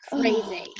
crazy